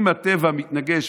אם הטבע מתנגש,